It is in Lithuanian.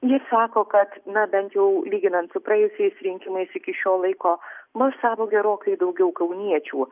ji sako kad na bent jau lyginant su praėjusiais rinkimais iki šio laiko balsavo gerokai daugiau kauniečių